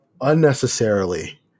unnecessarily